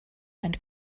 and